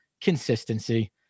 consistency